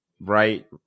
right